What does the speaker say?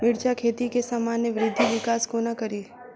मिर्चा खेती केँ सामान्य वृद्धि विकास कोना करि?